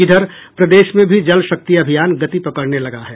इधर प्रदेश में भी जल शक्ति अभियान गति पकड़ने लगा है